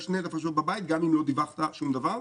שני נפשות בבית גם אם לא דיווחת שום דבר.